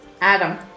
Adam